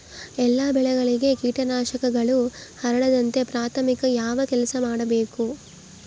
ಎಲ್ಲ ಬೆಳೆಗಳಿಗೆ ಕೇಟನಾಶಕಗಳು ಹರಡದಂತೆ ಪ್ರಾಥಮಿಕ ಯಾವ ಕೆಲಸ ಮಾಡಬೇಕು?